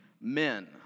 men